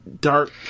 dark